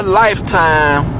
lifetime